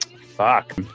Fuck